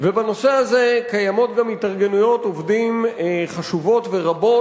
ובנושא הזה קיימות גם התארגנויות עובדים חשובות ורבות